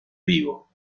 vivo